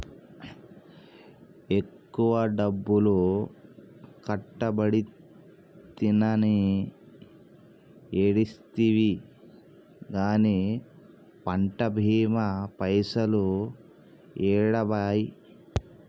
ఎక్కువ డబ్బులు కట్టబడితినని ఏడిస్తివి గాని పంట బీమా పైసలు ఏడబాయే